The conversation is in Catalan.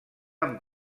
amb